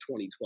2012